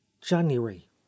january